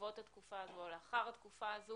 בעקבות התקופה הזאת או לאחר התקופה הזאת